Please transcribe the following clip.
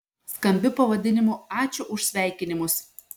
skambiu pavadinimu ačiū už sveikinimus